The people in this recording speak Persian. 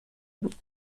بود